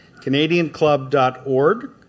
CanadianClub.org